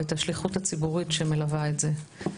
ואת השליחות הציבורית שמלווה את זה.